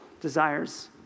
desires